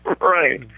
Right